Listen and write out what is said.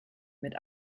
mit